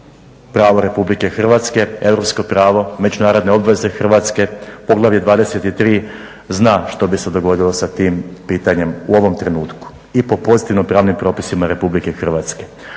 pravo Republike Hrvatske, europsko pravo, međunarodne obveze Hrvatske, poglavlje 23. zna što bi se dogodilo sa tim pitanjem u ovom trenutku i po pozitivno pravnim propisima Republike Hrvatske.